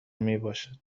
میباشد